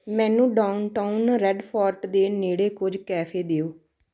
ਮੈਨੂੰ downtown Red Fort ਦੇ ਨੇੜੇ ਕੁਝ ਕੈਫੇ ਦਿਓ